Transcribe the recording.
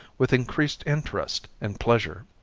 with increased interest and pleasure.